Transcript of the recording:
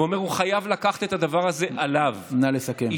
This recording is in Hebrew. ואומר: הוא חייב לקחת את הדבר הזה עליו, נא לסכם.